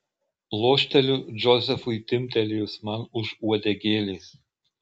lošteliu džozefui timptelėjus man už uodegėlės